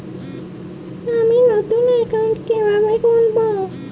আমি নতুন অ্যাকাউন্ট কিভাবে খুলব?